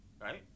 Right